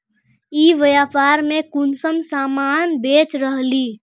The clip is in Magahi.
ई व्यापार में कुंसम सामान बेच रहली?